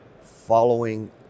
following